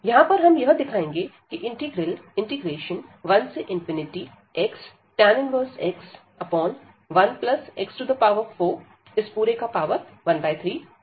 यहां पर हम यह दिखाएंगे कि integral 1x tan 1x 1x413dx diverge करता है